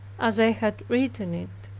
as i had written it.